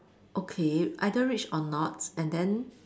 okay either rich or not and then